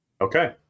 Okay